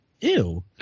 ew